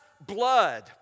blood